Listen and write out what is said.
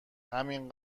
همین